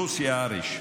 לוסי אהריש,